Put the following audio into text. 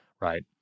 Right